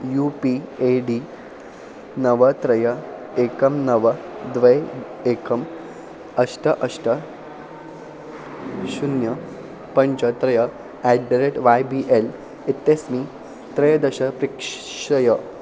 you P A D नव त्रय एकं नव द्वे एकम् अष्ट अष्ट शून्यं पञ्च त्रयं at the rate Y B L इत्यस्मै त्रयोदश प्रेषय